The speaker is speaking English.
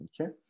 Okay